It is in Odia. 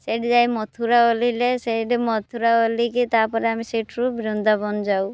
ସେଇଠି ଯାଇ ମଥୁରା ଓଲ୍ହୀଲେ ସେଇଠି ମଥୁରା ଓଲ୍ହୀକି ତା'ପରେ ଆମେ ସେଇଠୁ ବୃନ୍ଦାବନ ଯାଉ